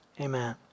amen